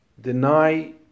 deny